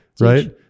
Right